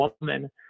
woman